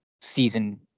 season